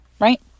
right